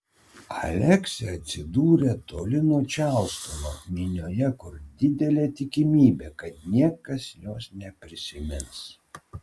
aleksė atsidūrė toli nuo čarlstono minioje kur didelė tikimybė kad niekas jos neprisimins